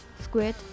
squid